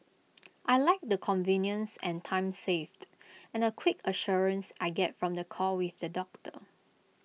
I Like the convenience and time saved and the quick assurance I get from the call with the doctor